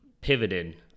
pivoted